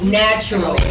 natural